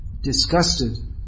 disgusted